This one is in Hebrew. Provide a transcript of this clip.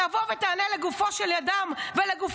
תבוא ותענה לגופו של עניין.